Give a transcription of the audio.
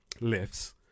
lifts